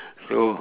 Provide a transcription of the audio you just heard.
so